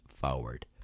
forward